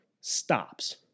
stops